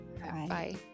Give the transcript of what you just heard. Bye